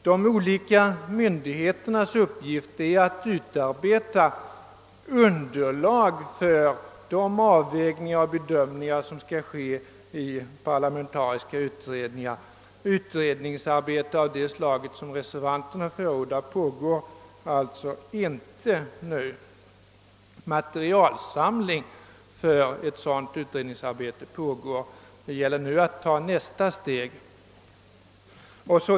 De olika myndigheternas uppgift är att utarbeta underlag för de avvägningar och bedömningar som skall göras i parlamentariska utredningar. Något utredningsarbete av det slag som reservanterna förordar pågår alltså inte för närvarande. Materialsamling för ett sådant utredningsarbete pågår. Det gäller nu att ta nästa steg.